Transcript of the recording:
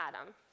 atom